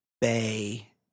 bay